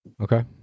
Okay